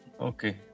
Okay